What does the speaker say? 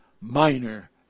minor